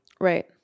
Right